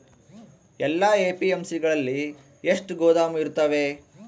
ಎಲ್ಲಾ ಎ.ಪಿ.ಎಮ್.ಸಿ ಗಳಲ್ಲಿ ಎಷ್ಟು ಗೋದಾಮು ಇರುತ್ತವೆ?